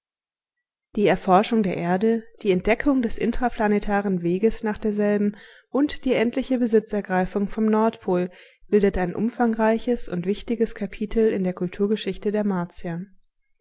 die erforschung der erde die entdeckung des intraplanetaren weges nach derselben und die endliche besitzergreifung vom nordpol bildet ein umfangreiches und wichtiges kapitel in der kulturgeschichte der martier